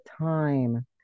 time